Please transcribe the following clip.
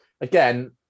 Again